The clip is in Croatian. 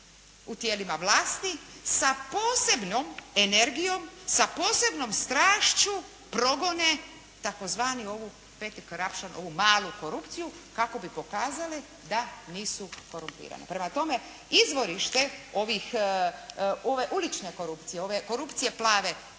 u tijelima vlasti sa posebnom energijom, sa posebnom strašću progone tzv. … /Ne razumije se./ … ovu malu korupciju kako bi pokazali da nisu korumpirane. Prema tome izvorište ove ulične korupcije, ove korupcije plave